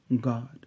God